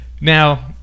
now